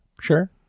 Sure